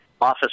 office